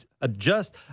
adjust